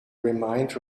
remind